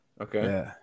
Okay